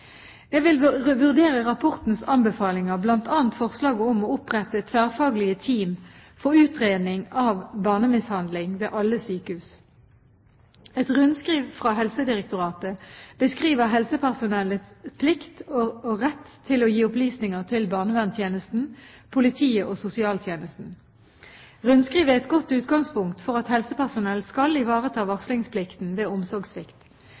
Jeg vil vurdere rapportens anbefalinger, bl.a. forslaget om å opprette tverrfaglige team for utredning av barnemishandling ved alle sykehus. Et rundskriv fra Helsedirektoratet beskriver helsepersonellets plikt og rett til å gi opplysninger til barnevernstjenesten, politiet og sosialtjenesten. Rundskrivet er et godt utgangspunkt for at helsepersonell skal ivareta varslingsplikten ved omsorgssvikt.